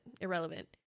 irrelevant